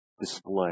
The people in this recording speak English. display